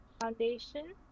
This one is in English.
Foundation